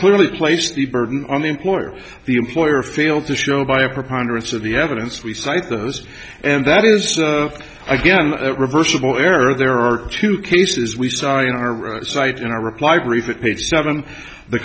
clearly place the burden on the employer the employer failed to show by a preponderance of the evidence we cite those and that is again reversible error there are two cases we saw in our site in a reply brief page seven the